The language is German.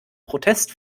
protest